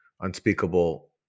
unspeakable